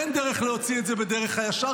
אין דרך להוציא את זה בדרך הישר,